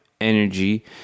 energy